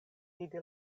vidi